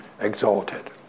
exalted